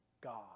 God